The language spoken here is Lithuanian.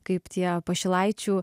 kaip tie pašilaičių